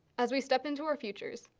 as we step into our futures,